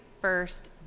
first